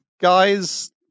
guys